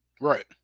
right